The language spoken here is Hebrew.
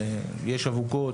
יש אבוקות,